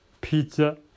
pizza